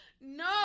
No